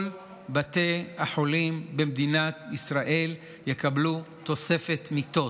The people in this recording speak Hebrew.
כל בתי החולים במדינת ישראל יקבלו תוספת מיטות.